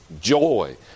joy